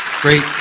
great